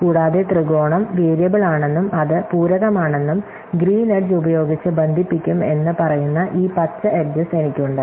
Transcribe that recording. കൂടാതെ ത്രികോണം വേരിയബിളാണെന്നും അത് പൂരകമാണെന്നും ഗ്രീൻ എഡ്ജ് ഉപയോഗിച്ച് ബന്ധിപ്പിക്കും എന്ന് പറയുന്ന ഈ പച്ച എട്ജസ് എനിക്കുണ്ട്